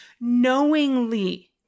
knowingly